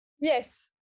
Yes